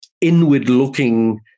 inward-looking